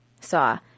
saw